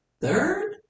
Third